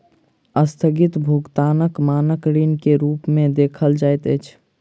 अस्थगित भुगतानक मानक ऋण के रूप में देखल जाइत अछि